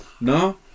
No